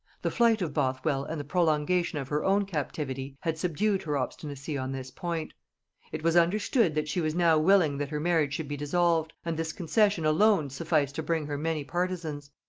the flight of bothwell and the prolongation of her own captivity had subdued her obstinacy on this point it was understood that she was now willing that her marriage should be dissolved, and this concession alone sufficed to bring her many partisans.